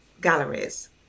galleries